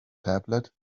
tablet